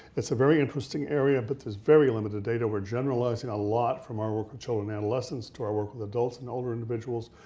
it's a very interesting area, but there's very limited data. we're generalizing a lot from our work with children and adolescents to our work with adults and older individuals.